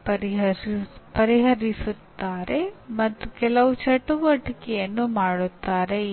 ಕಲಿಕೆಗೆ ಹೇಗೆ ತಯಾರಿ ನಡೆಸುತ್ತಾರೆ ಅವರು ತಮ್ಮ ಕಲಿಕೆಯನ್ನು ಹೇಗೆ ಯೋಜಿಸುತ್ತಾರೆ ಎಂದು